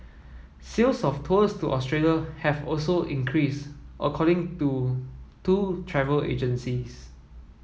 sales of tours to Australia have also increased according to two travel agencies